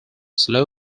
slow